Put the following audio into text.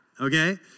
okay